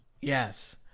Yes